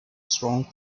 strong